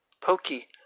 Pokey